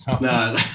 no